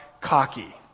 cocky